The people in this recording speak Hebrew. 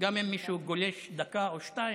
גם אם מישהו גולש דקה או שתיים.